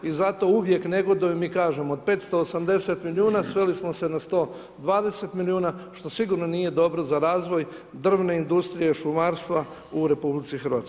I zato uvijek negodujemo i kažemo, 580 milijuna, sreli smo se na 120 milijuna, što sigurno nije dobro za razvoj drvne industrije šumarstva u RH.